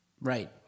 Right